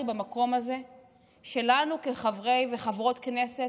במקום הזה שלנו כחברי וחברות כנסת,